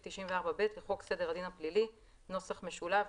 94(ב) לחוק סדר הדין הפלילי (נוסח משולב),